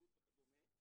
בריאות וכדומה,